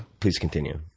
please continue.